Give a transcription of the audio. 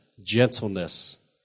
gentleness